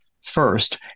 First